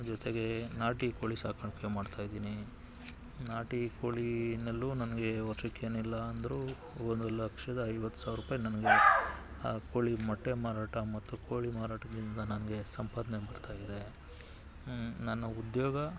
ಜೊತೆಗೆ ನಾಟಿಕೋಳಿ ಸಾಕಾಣಿಕೆ ಮಾಡ್ತಾಯಿದ್ದೀನಿ ನಾಟಿ ಕೋಳಿಯಲ್ಲೂ ನನಗೆ ವರ್ಷಕ್ಕೆ ಏನಿಲ್ಲಾಂದ್ರೂ ಒಂದು ಲಕ್ಷದ ಐವತ್ತು ಸಾವ್ರುಪಾಯಿ ನನಗೆ ಆ ಕೋಳಿ ಮೊಟ್ಟೆ ಮಾರಾಟ ಮತ್ತು ಕೋಳಿ ಮಾರಾಟದಿಂದ ನನಗೆ ಸಂಪಾದನೆ ಬರ್ತಾಯಿದೆ ನನ್ನ ಉದ್ಯೋಗ